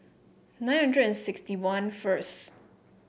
nine hundred and sixty one first